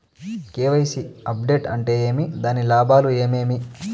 KYC update అంటే ఏమి? దాని లాభాలు ఏమేమి?